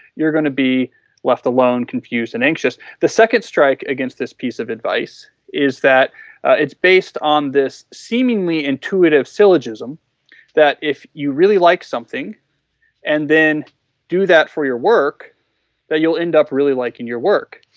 you're going to be left alone confused and anxious the second strike against this piece of advice is that it's based on the seemingly intuitive syllogism that if you really like something and then do that for your work that you will end up really liking your work,